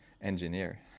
engineer